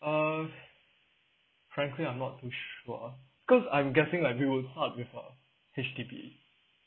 uh frankly I'm not too sure cause I'm guessing like we would start with uh H_D_B